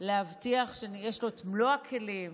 להבטיח שיש לו את מלוא הכלים,